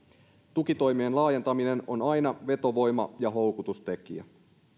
tukitoimien laajentaminen on aina vetovoima ja houkutustekijä